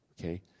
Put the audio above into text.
okay